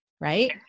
Right